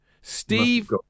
Steve